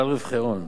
זה כלל רווחי הון.